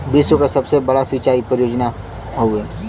विश्व के सबसे बड़ा सिंचाई परियोजना हौ